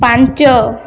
ପାଞ୍ଚ